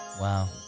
Wow